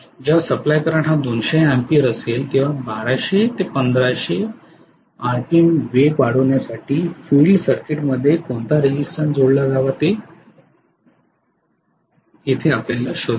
जेव्हा supply current हा 200 ampere असेल तेव्हा 1200 ते 1500 आरपीएम वेग वाढविण्यासाठी फील्ड सर्किटमध्ये कोणता रेझिस्टन्स जोडला जावा ते शोधा